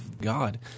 God